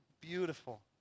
beautiful